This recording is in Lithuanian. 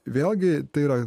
vėlgi tai yra